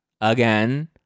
again